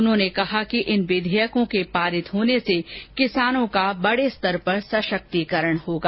उन्होंने कहा कि इन विधेयकों के पारित होने से किसानों का बड़े स्तर पर सशक्तिकरण होगा